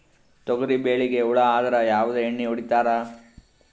ತೊಗರಿಬೇಳಿಗಿ ಹುಳ ಆದರ ಯಾವದ ಎಣ್ಣಿ ಹೊಡಿತ್ತಾರ?